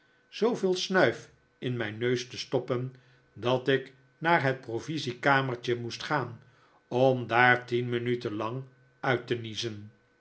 zooveel snuif in mijn neus te stoppen dat ik naar het provisiekamertje moest gaan om daar tien minuten lang uit te niezen